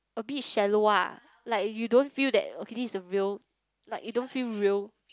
a bit shallow ah like you don't feel that this is the real like you don't feel real